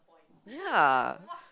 ya